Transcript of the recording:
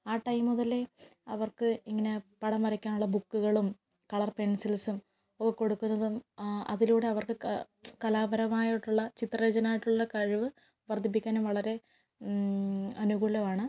ആ ടൈം മുതലേ അവർക്ക് ഇങ്ങനെ പടം വരയ്ക്കാനുള്ള ബുക്കുകളും കളർ പെൻസിൽസും അവ കൊടുക്കുന്നതും അതിലൂടെ അവർക്ക് കലാപരമായിട്ടുള്ള ചിത്രരചനായിട്ടുള്ള കഴിവ് വർദ്ധിപ്പിക്കാനും വളരെ അനുകൂലമാണ്